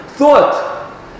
thought